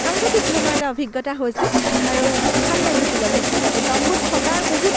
সাংঘাটিক ধৰণৰ এটা অভিজ্ঞতা হৈছিল আৰু ভাল লাগিছিল অভিজ্ঞতাটো তম্বুত থকাৰ বহুত